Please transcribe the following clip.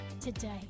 today